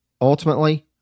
Ultimately